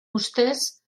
ustez